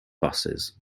buses